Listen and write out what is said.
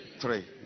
Three